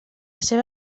seva